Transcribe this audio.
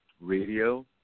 Radio